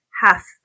half